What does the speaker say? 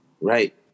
Right